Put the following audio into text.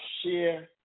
share